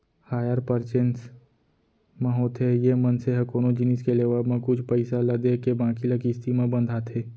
hire purchase म होथे ये मनसे ह कोनो जिनिस के लेवब म कुछ पइसा ल देके बाकी ल किस्ती म बंधाथे